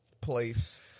place